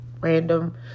random